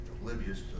oblivious